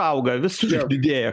auga visur didėja